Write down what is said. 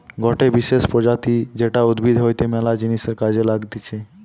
গটে বিশেষ প্রজাতি যেটা উদ্ভিদ হইতে ম্যালা জিনিসের কাজে লাগতিছে